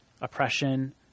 oppression